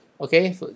okay